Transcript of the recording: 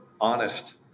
honest